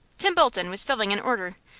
tim bolton was filling an order,